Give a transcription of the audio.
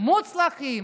מזרחי מוצלחים,